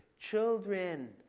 Children